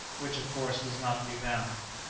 which, of course, was not to be found.